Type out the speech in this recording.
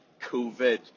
COVID